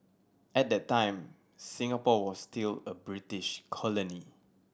at that time Singapore was still a British colony